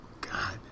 God